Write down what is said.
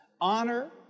honor